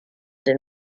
deux